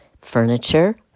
furniture